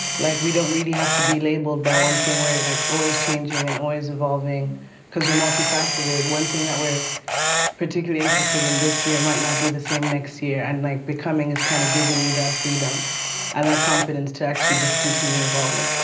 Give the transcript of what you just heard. like we don't really have to be labeled by one thing. we're like always changing and always evolving cause we're multifaceted. one thing that we're particularly interested in this year might not be the same next year and like becoming is kind of giving you that freedom and that confidence to actually just continue evolving.